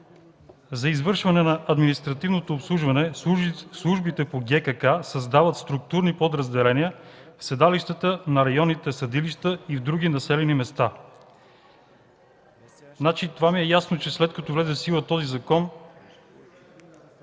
„За извършване на административното обслужване службите по ГКК, създават структурни подразделения в седалищата на районните съдилища и в други населени места”. Ясно ми е, че след като влезе в сила този закон,